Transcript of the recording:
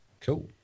cool